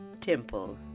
temple